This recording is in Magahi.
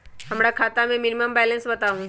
हमरा खाता में मिनिमम बैलेंस बताहु?